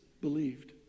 believed